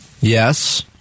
Yes